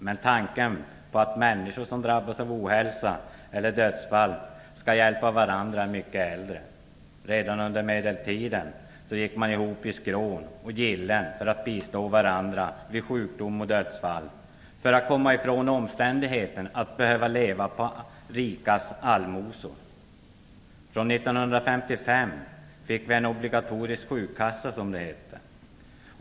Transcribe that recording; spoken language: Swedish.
Men tanken att människor som drabbas av ohälsa eller dödsfall skall hjälpa varandra är mycket äldre. Redan under medeltiden gick man ihop i skrån och gillen för att bistå varandra vid sjukdom och dödsfall, för att komma ifrån omständigheten att behöva leva på de rikas allmosor. 1955 fick vi en obligatorisk sjukkassa, som det hette.